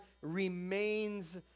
remains